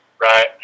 Right